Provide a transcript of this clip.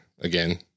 again